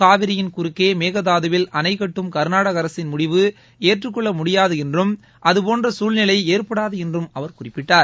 காவிரியின் குறுக்கே மேகதாதுவில் அணைக்கட்டும் கா்நாடக அரசின் முடிவு ஏற்றுக்கொள்ள முடியாது என்றும் அதுபோன்ற சூழ்நிலை ஏற்படாது என்றும் அவர் குறிப்பிட்டார்